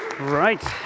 Right